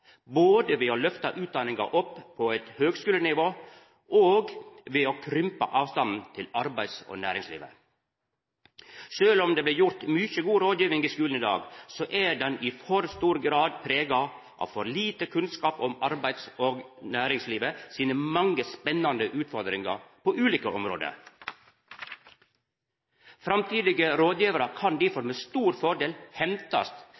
både ved å løfta utdanninga opp på høgskulenivå og ved å krympa avstanden til arbeids- og næringslivet. Sjølv om det blir gjort mykje god rådgiving i skulen i dag, så er den i for stor grad prega av for lite kunnskap om arbeids- og næringslivet sine mange spennande utfordringar på ulike område. Framtidige rådgivarar kan difor med stor fordel hentast